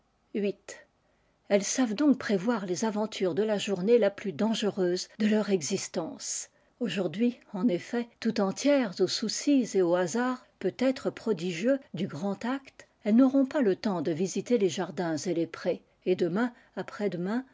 viii elles savent donc prévoir les aventures de la journée la plus dangereuse de leur existence aujourd'hui en effet tout entières aux soucis et aux hasards peut-être prodigieux du grand e elles n'auront pas le temps de visiter les dins et les prés et demain après-demain